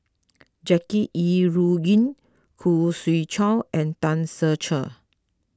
Jackie Yi Ru Ying Khoo Swee Chiow and Tan Ser Cher